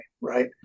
right